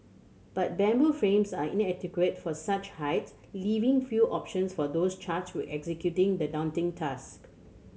but bamboo frames are inadequate for such heights leaving few options for those charged with executing the daunting task